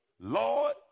Lord